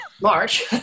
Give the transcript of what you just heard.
March